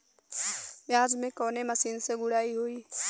प्याज में कवने मशीन से गुड़ाई होई?